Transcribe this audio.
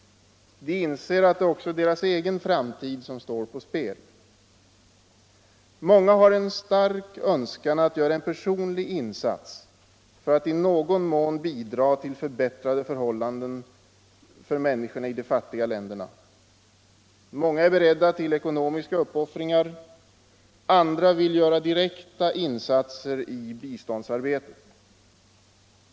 De inser att det också är deras egen framtid som står på spel. Många har en stark önskan att göra en personlig insats för att i någon mån bidra till förbättrade förhållanden för människorna i de fattiga länderna. Många är beredda till ekonomiska uppoffringar, andra vill göra direkta insatser i biståndsarbetet.